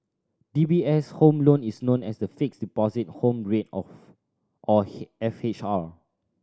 D B S' Home Loan is known as the Fixed Deposit Home Rate of or F H R